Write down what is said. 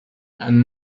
and